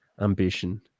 ambition